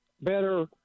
better